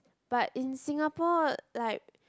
but in Singapore like